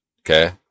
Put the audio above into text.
Okay